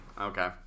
Okay